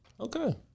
Okay